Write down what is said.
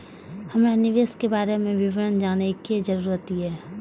हमरा निवेश के बारे में विवरण जानय के जरुरत ये?